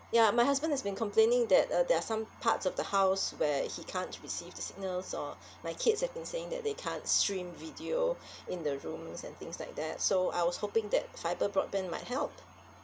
ya my husband has been complaining that uh there are some parts of the house where he can't receive the signals or my kids have been saying that they can't stream video in the rooms and things like that so I was hoping that fibre broadband might help